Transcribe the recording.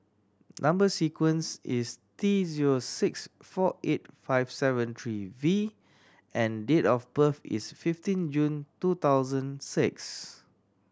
number sequence is T zero six four eight five seven three V and date of birth is fifteen June two thousand six